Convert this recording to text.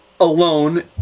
alone